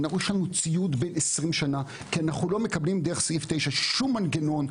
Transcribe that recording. יש לנו ציוד בן 20 שנה כי אנחנו לא מקבלים דרך סעיף 9 שום מנגנון,